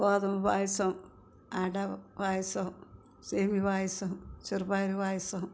ഗോതമ്പ് പായസം അട പായസം സേമിയ പായസം ചെറുപയർ പായസം